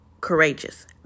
courageous